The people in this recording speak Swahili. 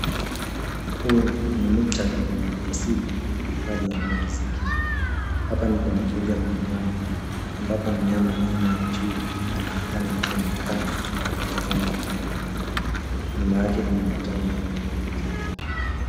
Huu ni muktadha wa mali asili na kuhifadhi yanayotuzingira. Hapa ni kwenye mbuga la wanyama ambapo mnyama aina ya chui anaonekana akiwa amekaa na kutazama upande wa mbali. Nyuma yake kuna matawi ya rangi ya kijani.